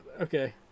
Okay